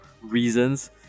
reasons